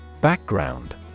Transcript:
Background